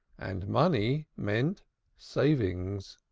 and money meant savings.